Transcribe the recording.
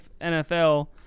NFL